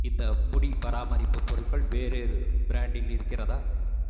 இந்த முடி பராமரிப்பு பொருட்கள் வேறொரு பிராண்டில் இருக்கிறதா